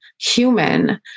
human